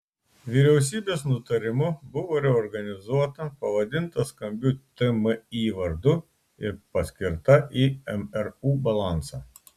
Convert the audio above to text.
vyriausybės nutarimu buvo reorganizuota pavadinta skambiu tmi vardu ir paskirta į mru balansą